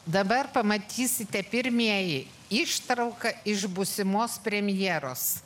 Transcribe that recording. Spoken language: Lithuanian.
dabar pamatysite pirmieji ištrauka iš būsimos premjeros